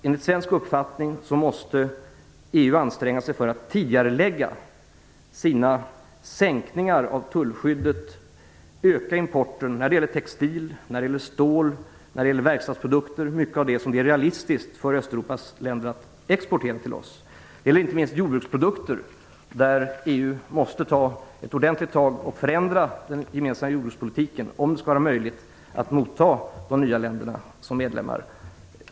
Enligt svensk uppfattning måste EU anstränga sig för att tidigarelägga sina sänkningar av tullskyddet, öka importen när det gäller textil-, stål och verkstadsprodukter, vilket är viktigt. Det gäller många av de produkter som det är realistiskt för Östeuropas länder att exportera till oss. Det gäller inte minst jordbruksprodukter, där EU måste ta ett ordentligt tag för att förändra den gemensamma jordbrukspolitiken om det skall vara möjligt att motta de nya länderna som medlemmar.